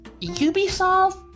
Ubisoft